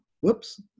whoops